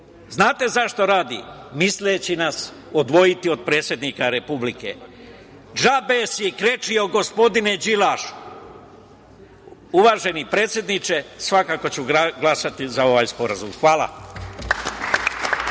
Znate zašto radi? Misli da će nas odvojiti od predsednika Republike. Džabe si krečio, gospodine Đilaš. Uvaženi predsedniče, svakako ću glasati za ovaj sporazum. Hvala